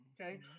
Okay